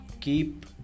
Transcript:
Keep